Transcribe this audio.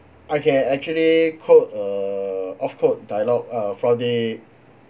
I can actually quote a off quote dialogue uh for the